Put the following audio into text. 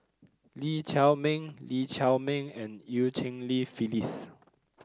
Lee Chiaw Meng Lee Chiaw Meng and Eu Cheng Li Phyllis